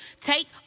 Take